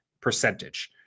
percentage